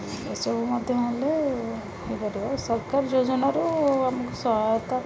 ଏସବୁ ମଧ୍ୟ ହେଲେ ହୋଇପାରିବ ସରକାର ଯୋଜନାରୁ ଆମକୁ ସହାୟତା